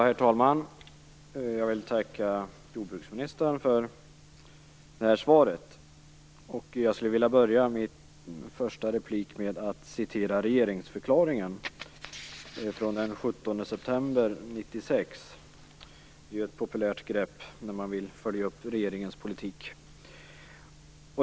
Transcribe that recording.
Herr talman! Jag tackar jordbruksministern för svaret. Jag skall börja min första replik med att citera ur regeringsförklaringen från den 17 september 1996. Det är ju ett populärt grepp när man vill följa upp regeringens politik.